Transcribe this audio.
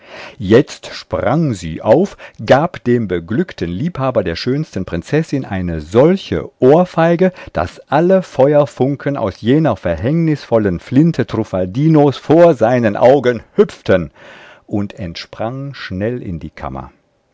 jetzt sprang sie rasch auf gab dem beglückten liebhaber der schönsten prinzessin eine solche ohrfeige daß alle feuerfunken aus jener verhängnisvollen flinte truffaldinos vor seinen augen hüpften und entsprang schnell in die kammer